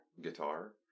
guitar